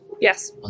Yes